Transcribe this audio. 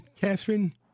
Catherine